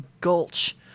gulch